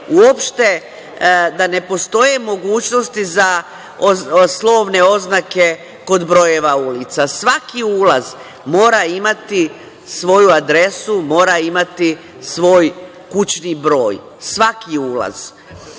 sve da ne postoje uopšte mogućnosti za slovne oznake kod brojeva ulica. Svaki ulaz mora imati svoju adresu, mora imati svoj kućni broj, svaki ulaz. Da